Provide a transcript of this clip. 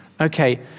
Okay